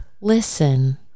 listen